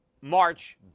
March